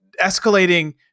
escalating